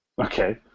Okay